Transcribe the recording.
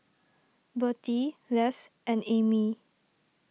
Bertie Les and Amie